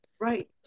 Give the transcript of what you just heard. Right